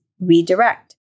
redirect